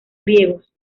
griegos